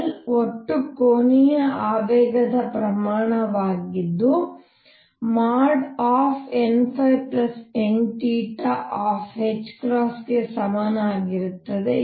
L ಒಟ್ಟು ಕೋನೀಯ ಆವೇಗದ ಪ್ರಮಾಣವಾಗಿದ್ದು nn ಗೆ ಸಮನಾಗಿರುತ್ತದೆ